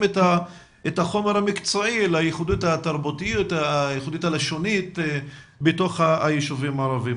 את החומר המקצועית לייחודיות התרבותית והלשונית בישובים הערביים.